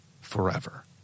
forever